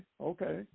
okay